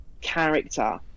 character